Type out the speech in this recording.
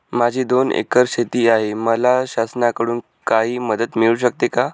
माझी दोन एकर शेती आहे, मला शासनाकडून काही मदत मिळू शकते का?